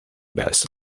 bass